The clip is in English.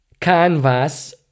canvas